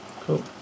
cool